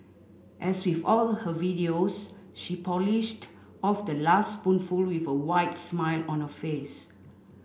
as with all her videos she polished off the last spoonful with a wide smile on her face